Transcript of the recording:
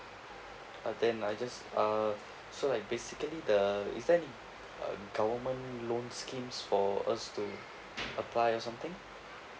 uh then I just uh so like basically the is there any uh government loan schemes for us to apply or something